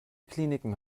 kliniken